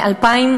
והבהילות.